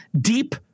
Deep